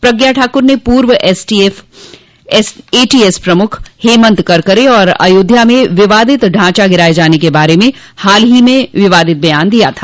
प्रज्ञा ठाकुर ने पूर्व एटीएस प्रमुख हेमंत करकरे और अयोध्या में विवादित ढांचा गिराए जाने के बारे में हाल ही में विवादित बयान दिया था